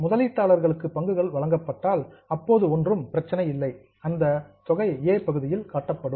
முதலீட்டாளர்களுக்கு பங்குகள் வழங்கப்பட்டால் அப்போது ஒன்றும் பிரச்சனை இல்லை அந்த தொகை ஏ பகுதியில் காட்டப்படும்